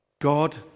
God